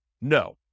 No